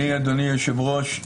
אדוני היושב-ראש,